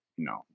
No